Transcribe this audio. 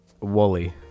Wally